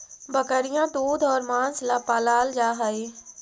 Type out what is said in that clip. बकरियाँ दूध और माँस ला पलाल जा हई